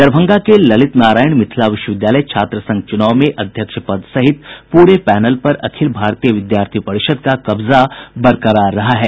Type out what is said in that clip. दरभंगा के ललित नारायण मिथिला विश्वविद्यालय छात्र संघ चुनाव में अध्यक्ष पद सहित पूरे पैनल पर अखिल भारतीय विद्यार्थी परिषद का कब्जा बरकरार रहा है